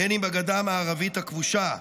בין אם בגדה המערבית הכבושה,